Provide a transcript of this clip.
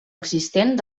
existent